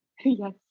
Yes